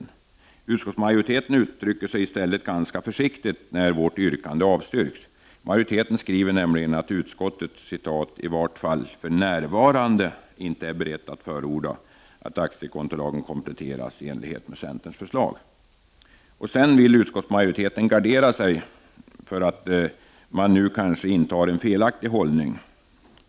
Utskottsmajoriteten uttrycker sig i stället ganska försiktigt när vårt yrkande avstyrks. Majoriteten hävdar nämligen att utskottet i vart fall för närvarande inte är berett att förorda att aktiekontolagen kompletteras i enlighet med centerns förslag. Sedan vill utskottsmajoriteten gardera sig för att man nu kanske intar en felaktig hållning.